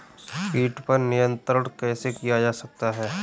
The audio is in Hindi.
कीट पर नियंत्रण कैसे किया जा सकता है?